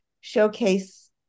showcase